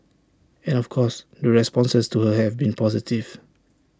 and of course the responses to her have been positive